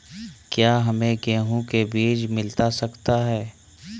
क्या हमे गेंहू के बीज मिलता सकता है?